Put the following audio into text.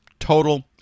total